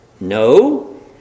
No